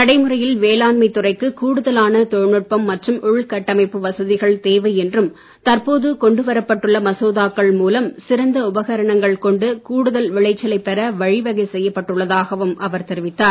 நடைமுறையில் வேளாண்மைத் துறைக்கு கூடுதலான தொழில்நுட்பம் மற்றும் உள்கட்டமைப்பு வசதிகள் தேவை என்றும் தற்போது கொண்டு வரப்பட்டுள்ள மசோதாக்கள் மூலம் சிறந்த உபகரணங்கள் கொண்டு கூடுதல் விளைச்சலைப் பெற வழிவகை செய்யப்பட்டு உள்ளதாகவும் அவர் தெரிவித்தார்